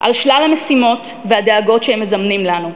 על שלל המשימות והדאגות שהם מזמנים לנו,